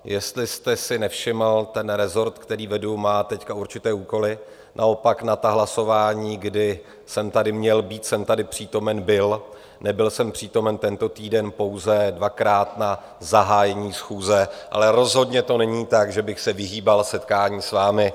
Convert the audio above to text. Jestli jste si nevšiml, ten resort, který vedu, má teď určité úkoly, naopak na ta hlasování, kdy jsem tady měl být, jsem tady přítomen byl, nebyl jsem přítomen tento týden pouze dvakrát na zahájení schůze, ale rozhodně to není tak, že bych se vyhýbal setkání s vámi.